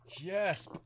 Yes